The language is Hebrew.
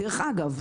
דרך אגב,